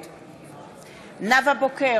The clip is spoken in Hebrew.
נגד נאוה בוקר,